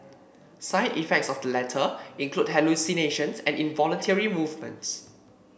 side effects of the latter include hallucinations and involuntary movements